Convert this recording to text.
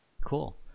Cool